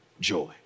joy